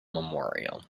memorial